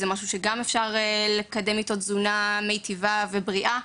זה גם משהו שאפשר לקדם אתו תזונה מיטיבה ובריאה.